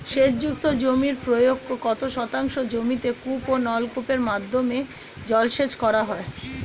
সেচ যুক্ত জমির প্রায় কত শতাংশ জমিতে কূপ ও নলকূপের মাধ্যমে জলসেচ করা হয়?